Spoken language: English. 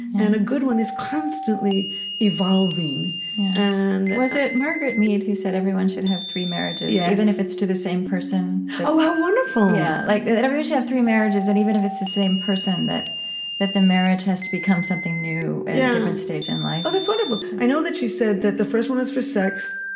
and a good one is constantly evolving and was it margaret mead who said everyone should have three marriages, yeah even if it's to the same person? yes oh, how ah wonderful yeah like that everybody should have three marriages and, even if it's the same person, that that the marriage has to become something new at a different stage in life oh, that's wonderful. i know that she said that the first one is for sex,